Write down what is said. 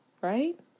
Right